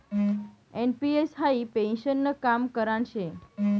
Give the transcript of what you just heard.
NPS high पेन्शननं काम करान शे